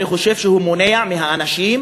אני חושב שהוא מונע מהאנשים,